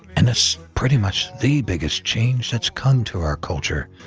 and it's pretty much the biggest change that's come to our culture,